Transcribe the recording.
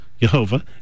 yehovah